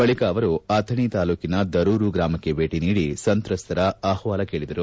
ಬಳಿಕ ಅವರು ಅಥಣಿ ತಾಲ್ಲೂಕಿನ ದರೂರು ಗ್ರಾಮಕ್ಕೆ ಭೇಟಿ ನೀಡಿ ಸಂತ್ರಸ್ತರ ಅಹವಾಲು ಕೇಳಿದರು